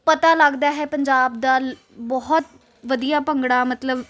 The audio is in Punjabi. ਪਤਾ ਲੱਗਦਾ ਹੈ ਪੰਜਾਬ ਦਾ ਬਹੁਤ ਵਧੀਆ ਭੰਗੜਾ ਮਤਲਬ